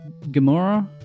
Gamora